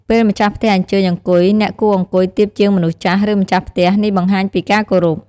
ពេលម្ចាស់ផ្ទះអញ្ជើញអង្គុយ អ្នកគួរអង្គុយទាបជាងមនុស្សចាស់ ឬ ម្ចាស់ផ្ទះ នេះបង្ហាញពីការគោរព។